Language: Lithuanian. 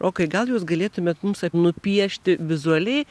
rokai gal jūs galėtumėt mums taip nupiešti vizualiai